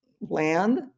Land